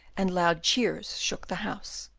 and loud cheers shook the house.